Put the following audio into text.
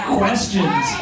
questions